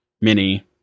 Mini